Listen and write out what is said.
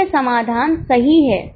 तो यह समाधान सही है